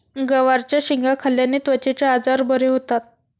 गवारच्या शेंगा खाल्ल्याने त्वचेचे आजार बरे होतात